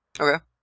Okay